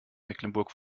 mecklenburg